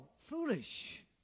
foolish